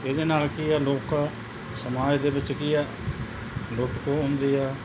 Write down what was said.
ਇਹਦੇ ਨਾਲ ਕੀ ਹੈ ਲੋਕ ਸਮਾਜ ਦੇ ਵਿੱਚ ਕੀ ਹੈ ਲੁੱਟ ਖੋਹ ਹੁੰਦੀ ਹੈ